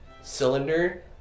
cylinder